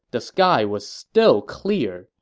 the sky was still clear,